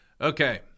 okay